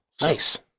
Nice